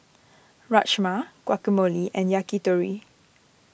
Rajma Guacamole and Yakitori